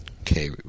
Okay